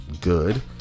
good